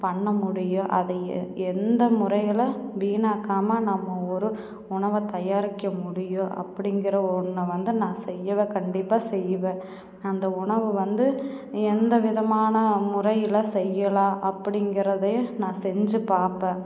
பண்ண முடியும் அதை எ எந்த முறையில் வீண்காக்காமல் நம்ம ஒரு உணவைத் தயாரிக்க முடியும் அப்படிங்கிற ஒன்றை வந்து நான் செய்வேன் கண்டிப்பாக செய்வேன் அந்த உணவை வந்து எந்த விதமான முறையில் செய்யலாம் அப்படிங்கிறதையே நான் செஞ்சு பார்ப்பேன்